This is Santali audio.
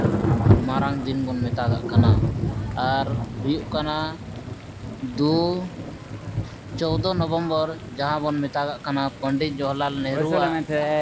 ᱢᱟᱨᱟᱝ ᱫᱤᱱ ᱵᱚᱱ ᱢᱮᱛᱟᱜᱟᱜ ᱠᱟᱱᱟ ᱟᱨ ᱦᱩᱭᱩᱜ ᱠᱟᱱᱟ ᱫᱩ ᱪᱳᱫᱚ ᱱᱚᱵᱷᱮᱢᱵᱚᱨ ᱡᱟᱦᱟᱸ ᱵᱚᱱ ᱢᱮᱛᱟᱣᱟᱜ ᱠᱟᱱᱟ ᱯᱚᱱᱰᱤᱛ ᱡᱚᱦᱚᱨᱞᱟᱞ ᱱᱮᱦᱮᱨᱩᱣᱟᱜ